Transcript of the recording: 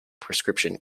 prescription